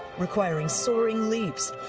requiring soaring leaps